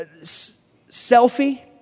Selfie